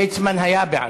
ליצמן היה בעד.